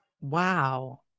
Wow